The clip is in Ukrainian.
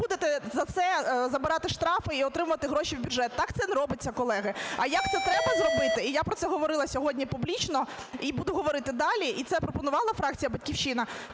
то ви будете за це забирати штрафи і отримувати гроші в бюджет. Так це не робиться, колеги. А як це треба зробити, я про це говорила сьогодні публічно, і буду говорити далі, і це пропонувала фракція "Батьківщина",